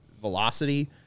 velocity